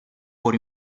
por